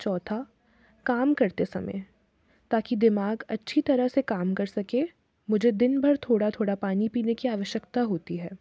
चौथा काम करते समय ताकि दिमाग अच्छी तरह से काम कर सके मुझे दिन भर थोड़ा थोड़ा पानी पीने की आवश्यकता होती है